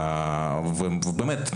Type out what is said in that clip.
באמת,